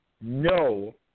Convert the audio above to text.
no